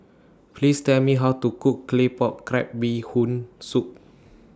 Please Tell Me How to Cook Claypot Crab Bee Hoon Soup